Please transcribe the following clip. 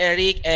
Eric